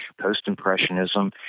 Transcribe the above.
Post-Impressionism